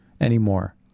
anymore